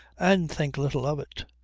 and think little of it.